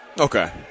Okay